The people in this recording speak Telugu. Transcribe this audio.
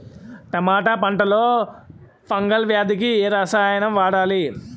టమాటా పంట లో ఫంగల్ వ్యాధికి ఏ రసాయనం వాడాలి?